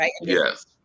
Yes